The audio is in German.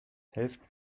helft